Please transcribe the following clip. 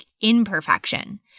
imperfection